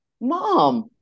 mom